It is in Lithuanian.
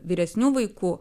vyresnių vaikų